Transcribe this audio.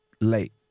late